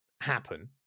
happen